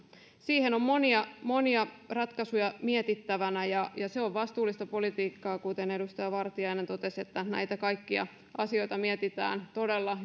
siihen on monia monia ratkaisuja mietittävänä ja ja se on vastuullista politiikkaa kuten edustaja vartiainen totesi näitä kaikkia asioita mietitään todella